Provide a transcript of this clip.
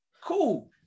cool